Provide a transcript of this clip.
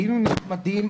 היינו נחמדים,